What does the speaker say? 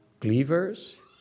cleavers